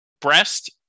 Breast